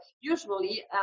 usually